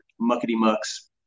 muckety-mucks